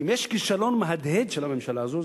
אם יש כישלון מהדהד של הממשלה הזאת,